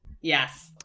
yes